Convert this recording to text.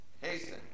Hasten